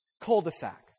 cul-de-sac